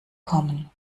kommen